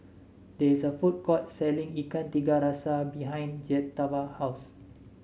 there is a food court selling Ikan Tiga Rasa behind Jeptha house